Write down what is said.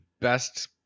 best